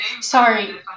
Sorry